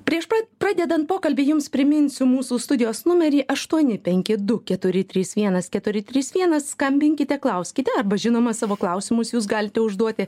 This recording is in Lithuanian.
prieš pat pradedant pokalbį jums priminsiu mūsų studijos numerį aštuoni penki du keturi trys vienas keturi trys vienas skambinkite klauskite arba žinoma savo klausimus jūs galite užduoti